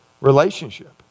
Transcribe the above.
relationship